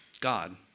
God